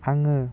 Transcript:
आङो